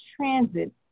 transit